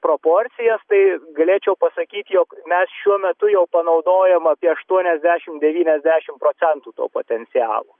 proporcijas tai galėčiau pasakyt jog mes šiuo metu jau panaudojom apie aštuoniasdešim devyniasdešim to potencialo